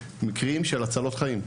מקרים של הצלות חיים,